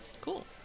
Cool